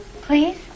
please